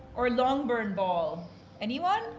or longbourn ball anyone